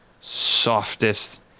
softest